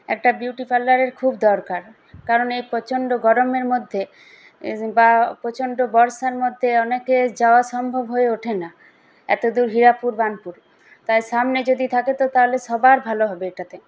একটা বিউটি পার্লারের খুব দরকার কারণ এই প্রচন্ড গরমের মধ্যে বা প্রচন্ড বর্ষার মধ্যে অনেকের যাওয়া সম্ভব হয়ে ওঠে না এতো দূর হীরাপুর বার্ণপুর তাই সামনে যদি থাকে তাহলে সবার ভালো হবে এটাতে